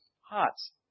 hearts